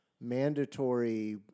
mandatory